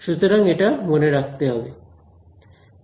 সুতরাং এটা মনে রাখতে হবে